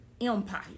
empire